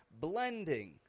blending